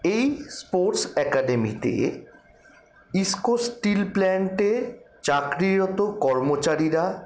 এই স্পোর্টস অ্যাকাডেমিতে ইসকো স্টিল প্ল্যান্টে চাকরিরত কর্মচারীরা